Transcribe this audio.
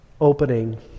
opening